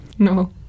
No